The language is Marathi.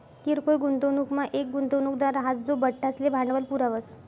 किरकोय गुंतवणूकमा येक गुंतवणूकदार राहस जो बठ्ठासले भांडवल पुरावस